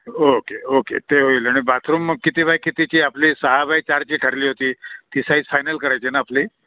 okay okay ते होईल आणि बाथरूम किती बाय कितीची आपली सहा बाय चारची ठरली होती ती साईज फायनल करायची ना आपली